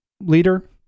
leader